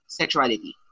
sexuality